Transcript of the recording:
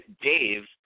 Dave